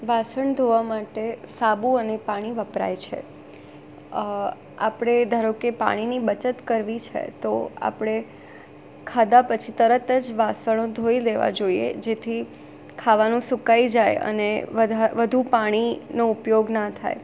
વાસણ ધોવા માટે સાબુ અને પાણી વપરાય છે આપણે ધારો કે પાણીની બચત કરવી છે તો આપણે ખાધા પછી તરત જ વાસણો ધોઈ દેવા જોઈએ જેથી ખાવાનું સુકાઈ જાય અને વધુ પાણીનો ઉપયોગ ન થાય